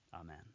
Amen